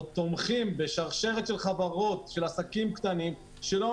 תומכים בשרשרת של חברות ועסקים קטנים שלא